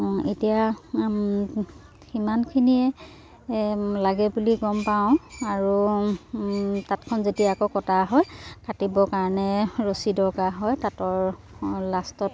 এতিয়া সিমানখিনিয়ে লাগে বুলি গম পাওঁ আৰু তাঁতখন যেতিয়া আকৌ কটা হয় কাটিবৰ কাৰণে ৰছী দৰকাৰ হয় তাঁতৰ লাষ্টত